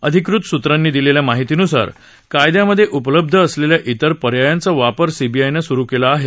अधिकृत सूत्रांनी दिलेल्या माहितीनुसार कायद्यामध्ये उपलब्ध असलेल्या इतर पर्यायाचा वापर सीबीआयनं स्रू केला आहे